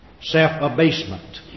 Self-abasement